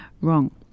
Wrong